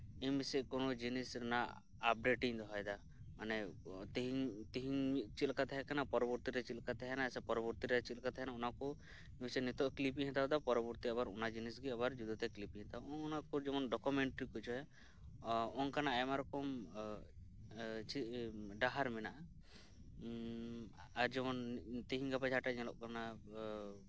ᱤᱧ ᱵᱟᱥᱮᱡ ᱠᱳᱱᱚ ᱡᱤᱱᱤᱥ ᱨᱮᱭᱟᱜ ᱟᱯᱰᱮᱴᱤᱧ ᱫᱚᱦᱚᱭᱮᱫᱟ ᱢᱟᱱᱮ ᱛᱤᱦᱤᱧ ᱛᱤᱦᱤᱧ ᱪᱮᱫᱞᱮᱠᱟ ᱛᱟᱦᱮᱸᱠᱟᱱᱟ ᱯᱚᱨᱚᱵᱚᱨᱛᱤᱨᱮ ᱪᱮᱫᱞᱮᱠᱟ ᱛᱟᱦᱮᱱᱟ ᱥᱮ ᱯᱚᱨᱚᱵᱚᱨᱛᱤᱨᱮ ᱪᱮᱫᱞᱮᱠᱟ ᱛᱟᱦᱮᱱᱟ ᱚᱱᱟᱠᱚ ᱵᱟᱥᱮᱡ ᱱᱤᱛᱚᱜ ᱠᱞᱤᱯ ᱤᱧ ᱦᱟᱛᱟᱣᱮᱫᱟ ᱯᱚᱨᱚ ᱵᱚᱨᱛᱤᱨᱮ ᱟᱵᱟᱨ ᱚᱱᱟ ᱡᱤᱱᱤᱥᱜᱮ ᱟᱵᱟᱨ ᱡᱩᱫᱟᱹᱛᱮ ᱠᱤᱞᱤᱯᱤᱧ ᱦᱟᱛᱟᱣ ᱦᱚᱜᱚᱱᱟ ᱠᱚ ᱡᱮᱢᱚᱱ ᱰᱚᱠᱚᱢᱮᱱᱴᱟᱨᱤ ᱠᱚ ᱪᱟᱹᱭᱟ ᱚᱱᱠᱟᱱᱟᱜ ᱟᱭᱢᱟᱨᱚᱠᱚᱢ ᱰᱟᱦᱟᱨ ᱢᱮᱱᱟᱜ ᱟ ᱟᱨᱡᱮᱢᱚᱱ ᱛᱤᱦᱤᱧ ᱜᱟᱯᱟ ᱡᱟᱦᱟᱸᱴᱟᱜ ᱧᱮᱞᱚᱜ ᱠᱟᱱᱟ